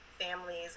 families